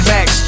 Max